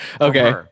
Okay